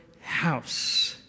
house